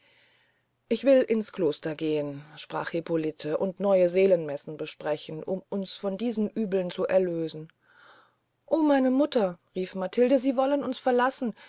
ich will ins kloster gehn sprach hippolite und neue seelenmessen besprechen um uns von diesen uebeln zu erlösen o meine mutter rief matilde sie wollen uns verlassen